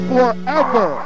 Forever